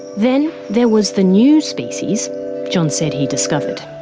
then, there was the new species john said he discovered.